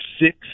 six